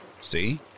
see